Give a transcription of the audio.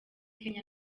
kenya